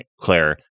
Claire